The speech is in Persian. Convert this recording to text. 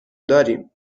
داریم